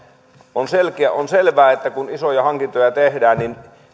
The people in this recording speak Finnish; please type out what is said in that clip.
on selvää että kun isoja hankintoja tehdään niin